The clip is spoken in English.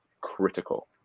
critical